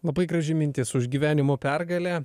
labai graži mintis už gyvenimo pergalę